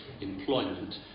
employment